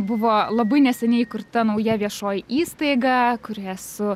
buvo labai neseniai įkurta nauja viešoji įstaiga kuriai esu